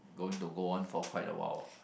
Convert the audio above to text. going to go on for quite a while